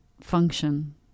function